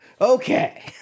Okay